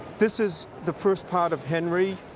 this is the first part of henry,